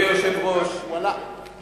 אני